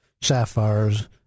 sapphires